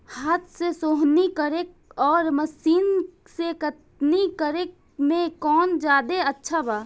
हाथ से सोहनी करे आउर मशीन से कटनी करे मे कौन जादे अच्छा बा?